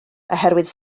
oherwydd